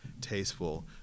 tasteful